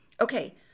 Okay